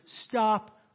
stop